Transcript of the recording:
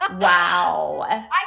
Wow